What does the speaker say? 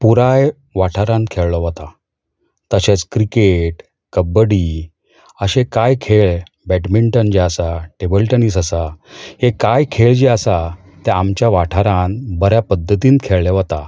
पुराय वाठारांत खेळ्ळो वता तशेच क्रिकेट कबड्डी अशे कांय खेळ बॅटमिंटन जे आसा टॅबल टेनीस आसा हे कांय खेळ जे आसा ते आमच्या वाठारांत बऱ्या पद्दतीन खेळ्ळे वता